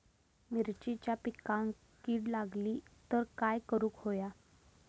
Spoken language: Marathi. मिरचीच्या पिकांक कीड लागली तर काय करुक होया?